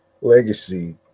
legacy